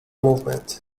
movement